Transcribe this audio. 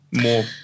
more